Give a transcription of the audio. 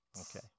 Okay